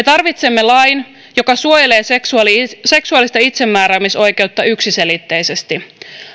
tarvitsemme lain joka suojelee seksuaalista itsemääräämisoikeutta yksiselitteisesti